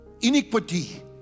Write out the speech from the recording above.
iniquity